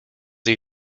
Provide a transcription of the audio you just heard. jej